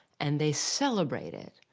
and they celebrated,